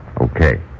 Okay